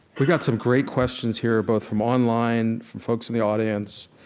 we've got some great questions here both from online folks in the audience.